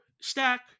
stack